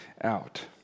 out